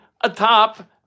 atop